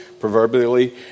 proverbially